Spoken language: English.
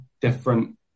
different